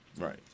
Right